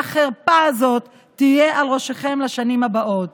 והחרפה הזאת תהיה על ראשכם לשנים הבאות.